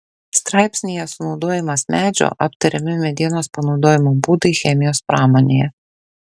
straipsnyje sunaudojimas medžio aptariami medienos panaudojimo būdai chemijos pramonėje